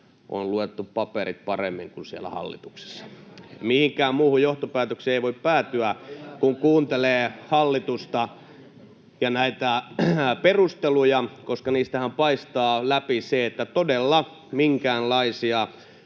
No ei! — Keskustan ryhmästä: Näin on!] Mihinkään muuhun johtopäätökseen ei voi päätyä, kun kuuntelee hallitusta ja näitä perusteluja, koska niistähän paistaa läpi se, että minkäänlaisia